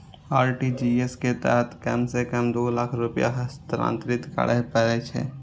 RTGS के तहत कम सं कम दू लाख रुपैया हस्तांतरित करय पड़ै छै